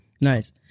Nice